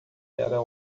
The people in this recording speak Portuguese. era